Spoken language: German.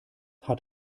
hat